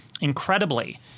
Incredibly